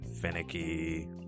finicky